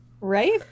Right